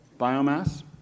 biomass